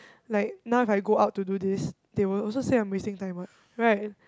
like now if I go out to do this they will also say I'm wasting time what right